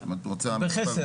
גלויים.